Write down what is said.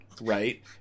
right